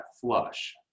flush